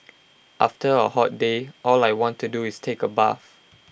after A hot day all I want to do is take A bath